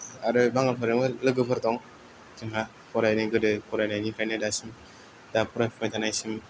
आरो बांगालफोरजोंबो लोगोफोर दं जोंहा फरायनाय गोदो फरायनायनिफ्रायनो दासिम दा फरायफुबाय थानायसिम